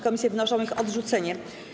Komisje wnoszą o ich odrzucenie.